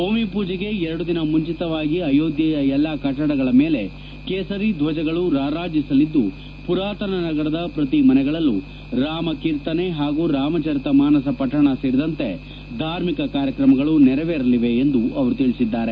ಭೂಮಿ ಪೂಜೆಗೆ ಎರಡು ದಿನ ಮುಂಚಿತವಾಗಿ ಅಯೋಧ್ಯೆಯ ಎಲ್ಲಾ ಕಟ್ವಡಗಳ ಮೇಲೆ ಕೇಸರಿ ಧ್ಲಜಗಳು ರಾರಾಜಿಸಲಿದ್ದು ಪುರಾತನ ನಗರದ ಪ್ರತಿ ಮನೆಗಳಲ್ಲೂ ರಾಮ ಕೀರ್ತನೆ ಹಾಗೂ ರಾಮಚರಿತ ಮಾನಸ ಪಠಣ ಸೇರಿದಂತೆ ಧಾರ್ಮಿಕ ಕಾರ್ಯಕ್ರಮಗಳು ನೆರವೇರಲಿವೆ ಎಂದು ಅವರು ತಿಳಿಸಿದ್ದಾರೆ